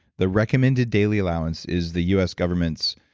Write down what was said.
the recommended daily allowance is the us government's